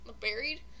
buried